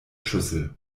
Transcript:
schüssel